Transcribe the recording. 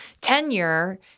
tenure